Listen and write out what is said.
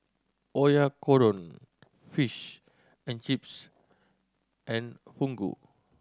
Oyakodon Fish and Chips and Fugu